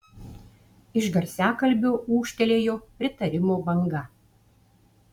iš garsiakalbio ūžtelėjo pritarimo banga